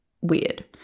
weird